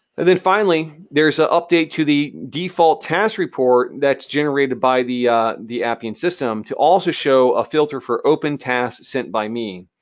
and then finally, there's an update to the default task report that's generated by the appian appian system to also show a filter for open tasks sent by me.